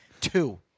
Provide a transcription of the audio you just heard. Two